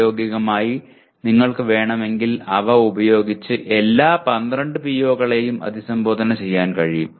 പ്രായോഗികമായി നിങ്ങൾക്ക് വേണമെങ്കിൽ അവ ഉപയോഗിച്ച് എല്ലാ 12 PO കളെയും അഭിസംബോധന ചെയ്യാൻ കഴിയും